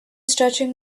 stretching